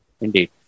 Indeed